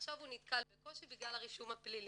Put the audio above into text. ועכשיו הוא נתקל בקושי בגלל הרישום הפלילי.